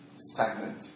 stagnant